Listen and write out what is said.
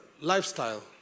lifestyle